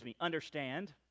understand